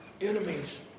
enemies